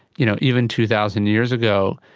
you know even two thousand years ago,